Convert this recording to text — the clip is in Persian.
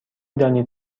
دانید